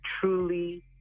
truly